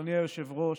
אדוני היושב-ראש,